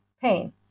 pain